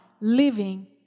living